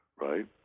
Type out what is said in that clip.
right